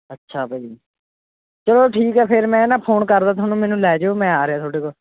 ਅੱਛਾ ਭਾਅ ਜੀ ਚੱਲੋ ਠੀਕ ਹੈ ਫਿਰ ਮੈਂ ਨਾ ਫੋਨ ਕਰਦਾ ਤੁਹਾਨੂੰ ਮੈਨੂੰ ਲੈ ਜਿਓ ਮੈਂ ਆ ਰਿਹਾ ਤੁਹਾਡੇ ਕੋਲ